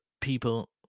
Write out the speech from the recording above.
people